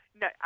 No